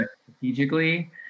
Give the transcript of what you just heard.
strategically